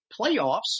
Playoffs